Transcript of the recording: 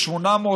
כ-800,